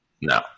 No